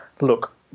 look